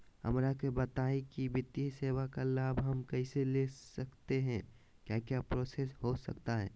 हमरा के बताइए की वित्तीय सेवा का लाभ हम कैसे ले सकते हैं क्या क्या प्रोसेस हो सकता है?